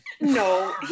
no